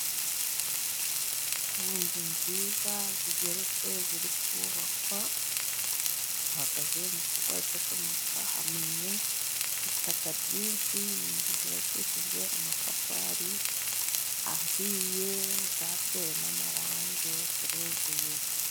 Ku nzu nziza zigeretse, ziri kubakwa, hahagaze umukobwa yafashe mu mufuka, hamennye itaka ryinshi, ni inzu zubakishijwe amatafari ahiye, zatewe n'amarange, ziruzuye.